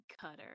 cutter